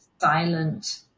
silent